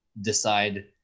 decide